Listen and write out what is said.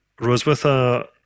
Roswitha